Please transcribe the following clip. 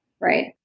right